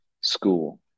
school